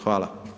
Hvala.